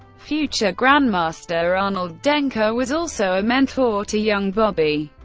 future grandmaster arnold denker was also a mentor to young bobby,